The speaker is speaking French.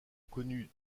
connut